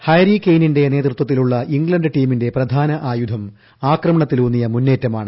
Harry കെയ്യ്നിന്റെ നേതൃത്വത്തിലുള്ള England ടീമിന്റെ പ്രധാന ആയുധം ആക്രമണ്നത്തിലൂന്നിയ മുന്നേറ്റമാണ്